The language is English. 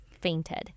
fainted